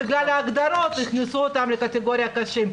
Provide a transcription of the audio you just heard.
ובגלל ההגדרות הכניסו אותם לקטגוריית קשים.